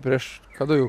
prieš kada jau